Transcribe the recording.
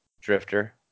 Drifter